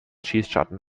schießscharten